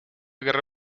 guerra